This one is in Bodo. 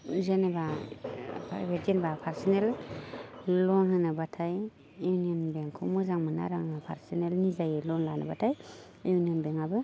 जेनेबा फ्राइभेट जेनेबा फार्सनेल लन होनोबाथाय इउनियन बेंकखौ मोजां मोनो आरो आङो फार्सनेल निजायै लन लानोबाथाय इउनियन बेंकआबो